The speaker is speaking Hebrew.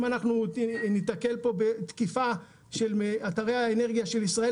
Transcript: אם אנחנו ניתקל פה בתקיפה של אתרי האנרגיה של ישראל,